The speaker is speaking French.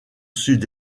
sud